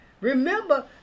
Remember